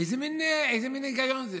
איזה מין היגיון זה?